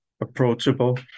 approachable